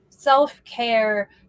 Self-care